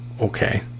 okay